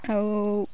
আৰু